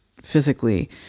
physically